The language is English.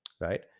right